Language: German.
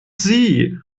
sie